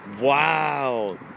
Wow